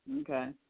Okay